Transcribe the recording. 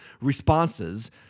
responses